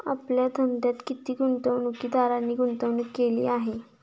आपल्या धंद्यात किती गुंतवणूकदारांनी गुंतवणूक केली आहे?